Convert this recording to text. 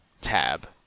tab